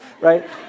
right